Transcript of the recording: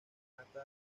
mata